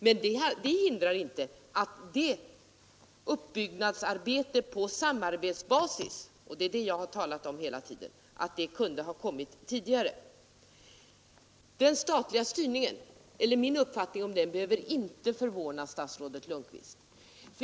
Men det hindrar inte att det uppbyggnadsarbetet på samarbetsbasis — och det är det som jag hela tiden har talat om — kunde ha kommit tidigare. Min uppfattning om den statliga styrningen behöver inte förvåna statsrådet Lundkvist.